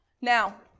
Now